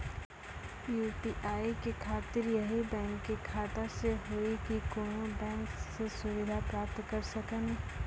UPI के खातिर यही बैंक के खाता से हुई की कोनो बैंक से सुविधा प्राप्त करऽ सकनी?